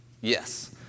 Yes